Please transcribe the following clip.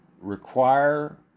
Require